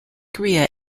korea